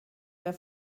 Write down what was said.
mehr